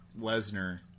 Lesnar